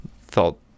felt